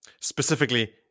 Specifically